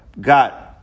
got